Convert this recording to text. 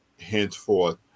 henceforth